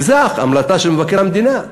כי זו ההמלצה של מבקר המדינה,